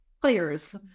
players